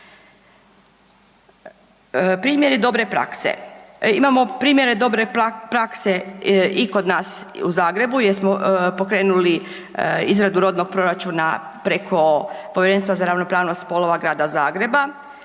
Primjeri dobre prakse, imamo primjere dobre prakse i kod nas u Zagrebu jer smo pokrenuli izradu rodnog proračuna preko Povjerenstva za ravnopravnost spolova Grada Zagreba,